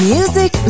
Music